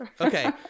okay